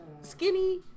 skinny